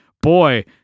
boy